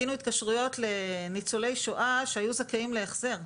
התקשרנו לניצולי שואה שהיו זכאים להחזר.